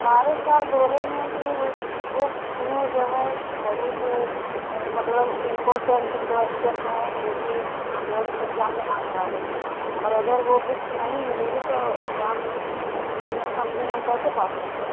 हमारे सर बोले हैं कि उस बुक में जो है बहुत मतलब इंपोर्टेंट क्वेश्चन है जो कि मतलब एग्जाम में आने वाले है और अगर वो बुक्स नहीं मिलेगी तो एग्जाम में हमने हम कैसे पास होंगे